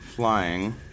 flying